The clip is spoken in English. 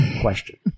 question